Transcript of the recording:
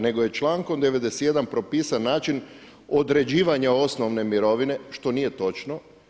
Nego je čl. 91. propisan način određivanja osnovne mirovine, što nije točno.